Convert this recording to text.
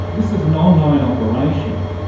this is an online operation,